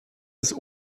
des